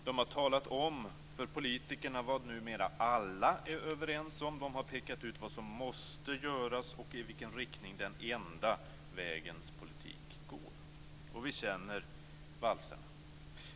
De har talat om för politikerna vad numera "alla" är överens om, och de har pekat ut vad som "måste" göras och i vilken riktning den "enda" vägens politik går. Vi känner igen valserna.